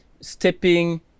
stepping